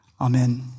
Amen